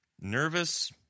nervous